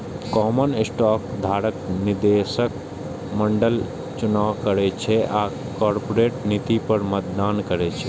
common stock धारक निदेशक मंडलक चुनाव करै छै आ कॉरपोरेट नीति पर मतदान करै छै